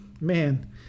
man